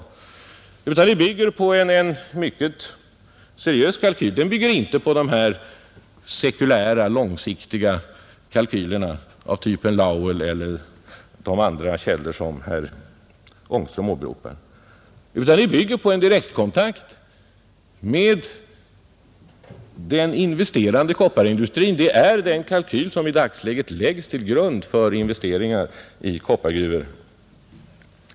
Prisuppgiften bygger på en mycket seriös kalkyl, inte på några sekulära, långsiktiga kalkyler av typen Lowell eller är tagen från de andra källor som herr Ångström åberopade. Kalkylen bygger på en direkt kontakt med den investerande kopparindustrin och är densamma som för närvarande ligger till grund för investeringar i koppargruvor.